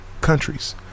countries